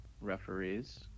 referees